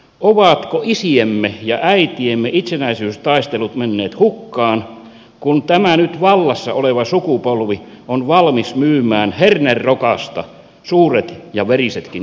ovatko isiemme ja äitiemme itsenäisyystaistelut menneet hukkaan kun täällä nyt vallassa oleva sukupolvi on valmis myymään hernerokasta suuret ja verisetkin